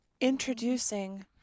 Introducing